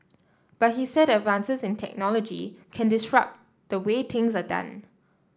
but he said advances in technology can disrupt the way things are done